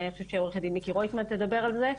ואני חושבת שעורכת הדין מיקי רויטמן תדבר על זה.